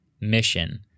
mission